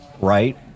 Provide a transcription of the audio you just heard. right